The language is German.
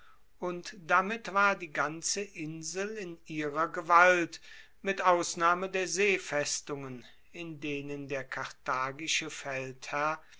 und damit war die ganze insel in ihrer gewalt mit ausnahme der seefestungen in denen der karthagische feldherr